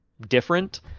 different